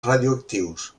radioactius